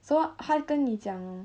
so 他跟你讲